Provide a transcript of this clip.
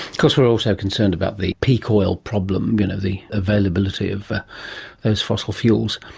course we're also concerned about the peak oil problem, you know the availability of those fossil fuels.